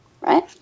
Right